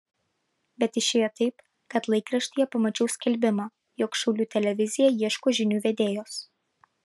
bet išėjo taip kad laikraštyje pamačiau skelbimą jog šiaulių televizija ieško žinių vedėjos